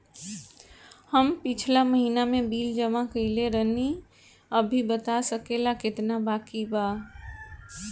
हम पिछला महीना में बिल जमा कइले रनि अभी बता सकेला केतना बाकि बा?